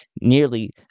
nearly